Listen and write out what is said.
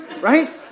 Right